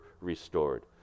restored